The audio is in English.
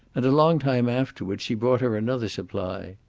and a long time afterwards she brought her another supply.